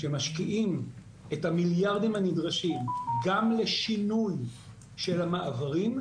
שמשקיעים את המיליארדים הנדרשים גם לשינוי של המעברים,